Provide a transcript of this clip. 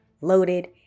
loaded